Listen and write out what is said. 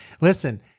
listen